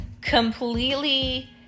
completely